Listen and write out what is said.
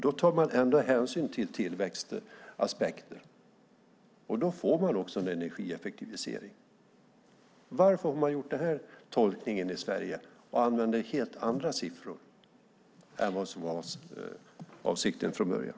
Då tar man ändå hänsyn till tillväxtaspekten, och då får man en energieffektivisering. Varför har man gjort den tolkningen i Sverige och använder helt andra siffror än vad avsikten var från början?